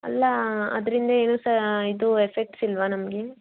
ಅಲ್ಲ ಅದರಿಂದ ಏನು ಸಹ ಇದು ಎಫೆಕ್ಟ್ಸ್ ಇಲ್ಲವಾ ನಮಗೆ